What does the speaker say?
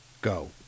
Go